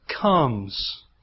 comes